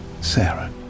Sarah